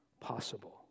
possible